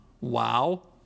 wow